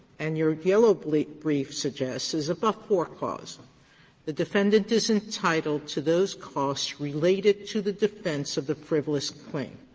and your yellow but brief suggests, is a but-for cause the defendant is entitled to those costs related to the defense of the frivolous claim.